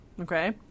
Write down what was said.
Okay